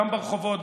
גם ברחובות,